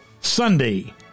Sunday